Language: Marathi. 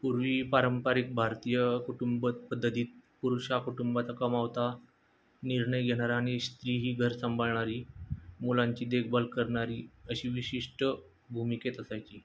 पूर्वी पारंपारिक भारतीय कुटुंबत पद्धतीत पुरुषा कुटुंबात कमावता निर्णय घेणारा आणि स्त्री ही घर सांभाळणारी मुलांची देखभाल करणारी अशी विशिष्ट भूमिकेत असायची